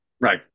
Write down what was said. Right